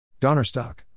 Donnerstock